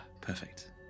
Perfect